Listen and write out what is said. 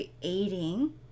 creating